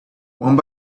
one